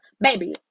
baby